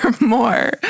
more